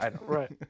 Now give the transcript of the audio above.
Right